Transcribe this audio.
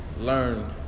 learn